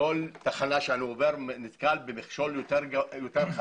בכל תחנה שאני עובר אני נתקל במכשול יותר חזק.